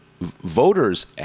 voters